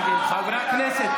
חברי הכנסת.